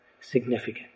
significant